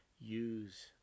use